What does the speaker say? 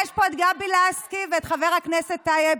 יש פה את גבי לסקי ואת חבר הכנסת טייב,